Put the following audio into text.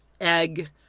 egg